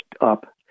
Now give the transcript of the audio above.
up